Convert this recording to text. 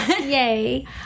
Yay